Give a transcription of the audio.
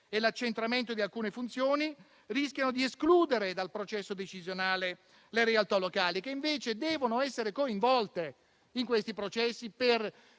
e l'accentramento di alcune funzioni rischiano di escludere dal processo decisionale le realtà locali, che invece devono essere coinvolte nei processi per